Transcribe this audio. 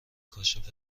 کاشف